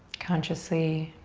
consciously.